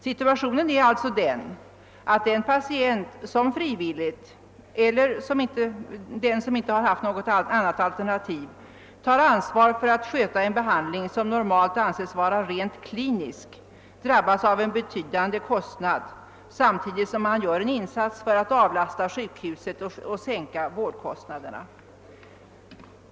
Situationen är alltså den att den patient som, frivilligt eller därför att han inte har haft något alternativ, tar ansvaret för att sköta en behandling som normalt anses vara rent klinisk drabbas av en betydande kostnad. Samtidigt gör han en insats för att avlasta sjukhusen och sänka vårdkostnaderna.